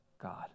God